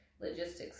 logistics